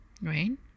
right